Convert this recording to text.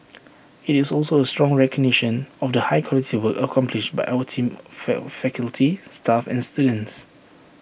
IT is also A strong recognition of the high quality work accomplished by our team fact faculty staff and students